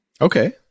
Okay